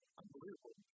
unbelievable